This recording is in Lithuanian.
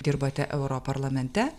dirbate europarlamente